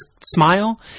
smile